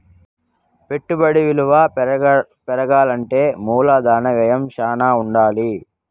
పెట్టుబడి విలువ పెరగాలంటే మూలధన వ్యయం శ్యానా ఉండాలి